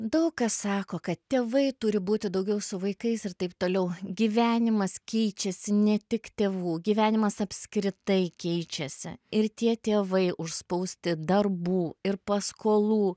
daug kas sako kad tėvai turi būti daugiau su vaikais ir taip toliau gyvenimas keičiasi ne tik tėvų gyvenimas apskritai keičiasi ir tie tėvai užspausti darbų ir paskolų